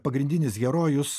pagrindinis herojus